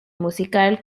musical